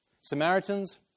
Samaritans